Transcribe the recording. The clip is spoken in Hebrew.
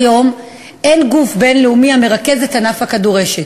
כיום אין גוף בין-לאומי המרכז את ענף הכדורשת,